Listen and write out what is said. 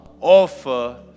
offer